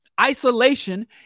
Isolation